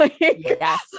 yes